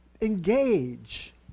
engage